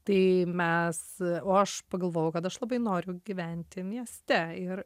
tai mes o aš pagalvojau kad aš labai noriu gyventi mieste ir